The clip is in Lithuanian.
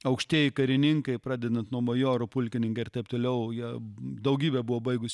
aukštieji karininkai pradedant nuo majorų pulkininkai ir taip toliau jie daugybė buvo baigusių